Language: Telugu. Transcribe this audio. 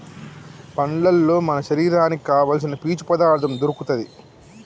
పండ్లల్లో మన శరీరానికి కావాల్సిన పీచు పదార్ధం దొరుకుతది